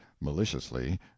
maliciously